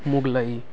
मुगलै